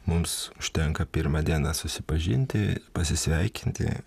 mums užtenka pirmą dieną susipažinti ir pasisveikinti